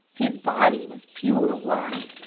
his body was pure white,